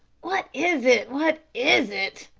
what is it, what is it?